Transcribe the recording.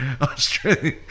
Australia